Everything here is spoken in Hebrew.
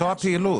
אותה פעילות.